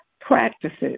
practices